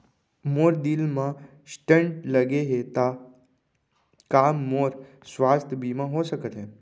मोर दिल मा स्टन्ट लगे हे ता का मोर स्वास्थ बीमा हो सकत हे?